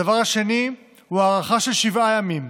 הדבר השני הוא הארכה של שבעה ימים,